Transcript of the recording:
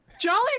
Jolly